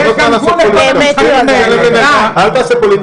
אל תעשה פוליטיקה.